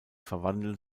verwandeln